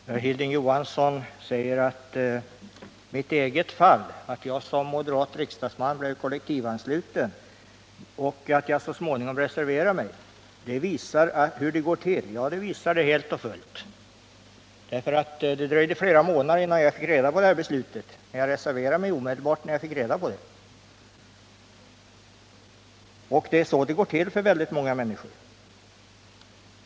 Herr talman! Hilding Johansson säger att mitt eget fall — att jag som moderat riksdagsman blivit kollektivt ansluten och så småningom reserverat mig — visar hur det går till. Ja, det visar det helt och fullt. Det dröjde flera månader innan jag fick reda på det här beslutet, men jag reserverade mig Nr 43 omedelbart när jag fick reda på det. Det är så det går till för många människor.